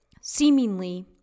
seemingly